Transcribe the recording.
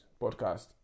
podcast